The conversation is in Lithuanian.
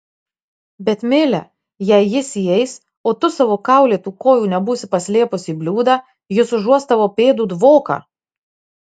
bet mile jei jis įeis o tu savo kaulėtų kojų nebūsi paslėpus į bliūdą jis užuos tavo pėdų dvoką